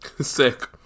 sick